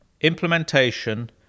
implementation